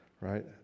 Right